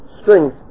strings